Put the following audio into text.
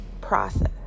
process